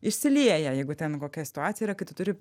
išsilieja jeigu ten kokia situacija yra kai tu turi